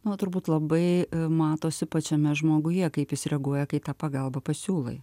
nu turbūt labai matosi pačiame žmoguje kaip jis reaguoja kai tą pagalbą pasiūlai